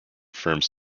firms